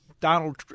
Donald